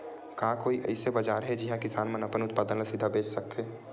का कोई अइसे बाजार हे जिहां किसान मन अपन उत्पादन ला सीधा बेच सकथे?